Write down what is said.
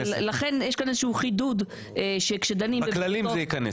לכן יש כאן איזה שהוא חידוד שכשדנים בבריאותו --- בכללים זה ייכנס.